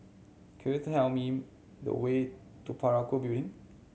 could you tell me the way to Parakou Building